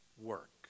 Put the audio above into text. work